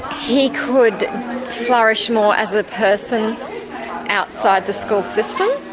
he could flourish more as a person outside the school system,